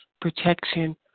protection